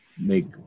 make